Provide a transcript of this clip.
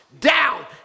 down